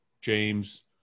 James